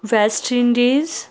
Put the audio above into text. West Indies